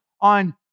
on